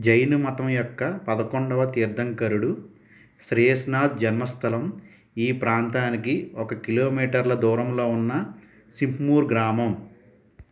జైనమతం యొక్క పదకొండవ తీర్థంకరుడు శ్రేయస్నాథ్ జన్మస్థలం ఈ ప్రాంతానికి ఒక కిలోమీటర్ల దూరంలో ఉన్న సింఘ్మూర్ గ్రామం